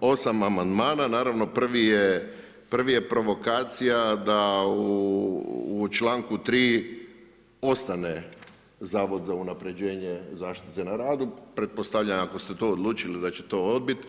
8 amandmana, naravno prvi je provokacija da u čl. 3. ostane zavod za unapređenje zaštite na radu, pretpostavljam ako ste to odlučili da ćete to odbit.